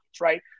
right